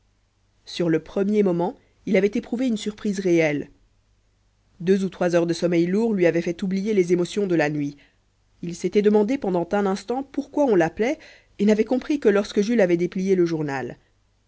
sur le premier moment il avait éprouvé une surprise réelle deux ou trois heures de sommeil lourd lui avaient fait oublier les émotions de la nuit il s'était demandé pendant un instant pourquoi on l'appelait et n'avait compris que lorsque jules avait déplié le journal